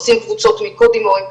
עושים קבוצות מיקוד עם הורים,